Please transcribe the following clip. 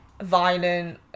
violent